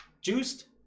Juiced